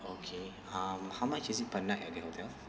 okay um how much is it per night ah the hotel